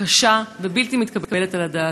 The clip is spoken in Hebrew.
קשה ובלתי מתקבלת על הדעת.